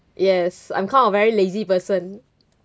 yes I'm kind of very lazy person